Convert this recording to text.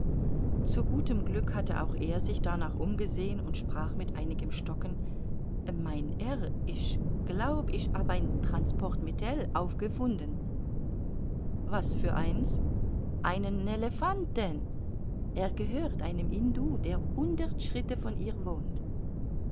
zu gutem glück hatte auch er sich darnach umgesehen und sprach mit einigem stocken mein herr ich glaube ich hab ein transportmittel aufgefunden was für eins einen elephanten er gehört einem hindu der hundert schritte von hier wohnt